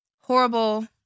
Horrible